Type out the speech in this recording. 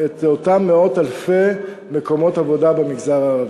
אותם מאות אלפי מקומות עבודה מהמגזר הערבי.